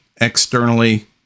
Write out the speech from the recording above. externally